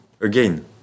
again